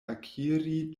akiri